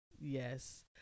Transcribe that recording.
Yes